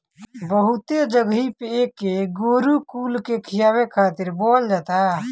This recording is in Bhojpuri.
बहुते जगही पे एके गोरु कुल के खियावे खातिर बोअल जाला